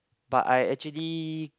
but I actually